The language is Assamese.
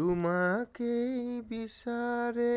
তোমাকেই বিচাৰে